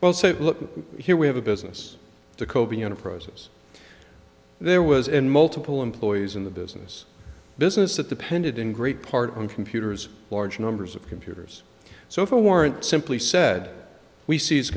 you look here we have a business to coby enterprises there was in multiple employees in the business business that depended in great part on computers large numbers of computers so if a warrant simply said we se